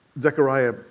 Zechariah